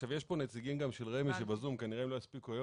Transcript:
יש פה נציגים של רמ"י בזום וכנראה שהם לא הספיקו לדבר